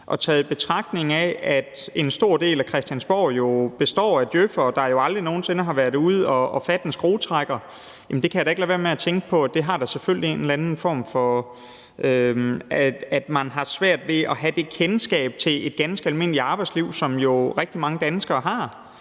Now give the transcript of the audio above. Og i betragtning af at en stor del af Christiansborg består af djøf'ere, der jo aldrig nogen sinde har været ude at fatte om en skruetrækker, kan jeg ikke lade være med at tænke på, at det selvfølgelig har en eller anden betydning for, at man har svært ved at have det kendskab til et ganske almindeligt arbejdsliv, som rigtig mange danskere jo